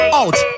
out